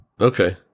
Okay